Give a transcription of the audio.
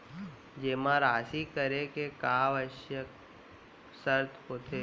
जेमा राशि करे के का आवश्यक शर्त होथे?